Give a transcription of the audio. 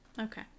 Okay